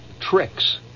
tricks